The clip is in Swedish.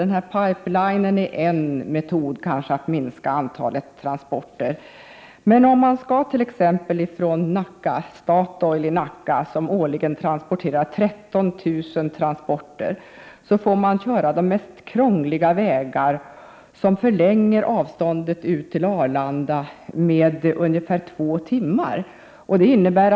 Att använda pipeline är kanske en metod att minska antalet transporter. Om man skall köra från Statoil i Nacka, som årligen har 13 000 transporter, får man välja de mest krångliga vägar, som förlänger transporten till Arlanda med ungefär två timmar.